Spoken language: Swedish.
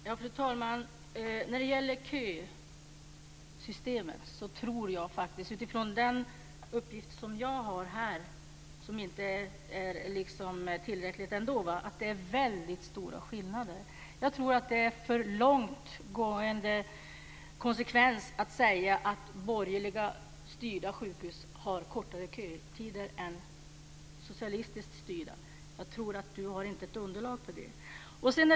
Fru talman! När det gäller kösystemet tror jag faktiskt, utifrån den uppgift som jag har - som ändå visar att det inte är tillräckligt - att det är väldigt stora skillnader. Jag tror att det är att dra en för långtgående slutsats att säga att sjukhus i borgerligt styrda landsting har kortare kötider än i socialistiskt styrda. Jag tror inte att Gunnar Hökmark har underlag för det.